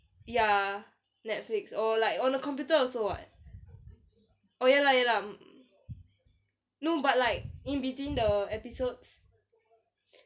ya netflix or like on a computer also what oh ya lah ya lah no but like in between the episodes